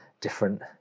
different